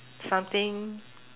something